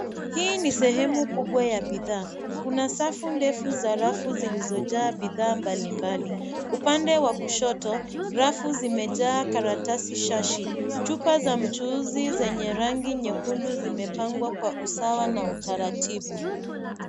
Hii ni sehemu kubwa ya bidhaa. Kuna safu ndefu za rafu zilizojaa bidhaa mbalimbali. Upande wa kushoto, rafu zimejaa karatasi shashi. Chupa za mchuuzi zenye rangi nyekundu zimepangwa kwa usawa na utaratibu.